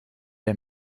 der